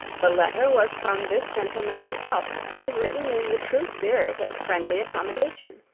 the letter was from this gentleman himself, and written in the true spirit of friendly accommodation.